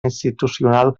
institucional